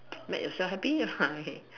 make yourself happy ah